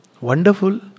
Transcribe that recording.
wonderful